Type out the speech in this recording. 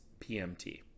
PMT